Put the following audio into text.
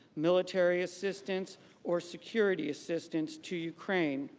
military assistance or security assistance to ukraine.